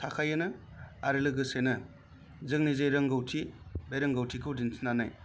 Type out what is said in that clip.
थाखायोनो आरो लोगोसेनो जोंनि जे रोंगौथि बे रोंगौथिखौ दिन्थिनानै